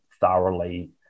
thoroughly